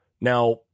Now